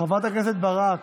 חברת הכנסת ברק,